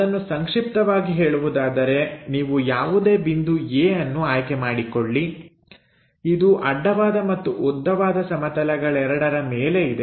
ಅದನ್ನು ಸಂಕ್ಷಿಪ್ತವಾಗಿ ಹೇಳುವುದಾದರೆ ನೀವು ಯಾವುದೇ ಬಿಂದು A ಅನ್ನು ಆಯ್ಕೆ ಮಾಡಿಕೊಳ್ಳಿ ಇದು ಅಡ್ಡವಾದ ಮತ್ತು ಉದ್ದವಾದ ಸಮತಲಗಳೆರಡರ ಮೇಲೆ ಇದೆ